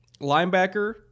Linebacker